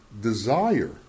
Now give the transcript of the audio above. desire